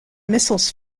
missiles